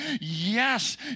Yes